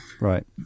Right